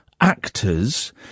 actors